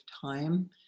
time